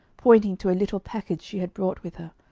pointing to a little package she had brought with her.